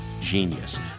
genius